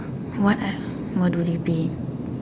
what ah what do they be